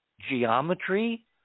geometry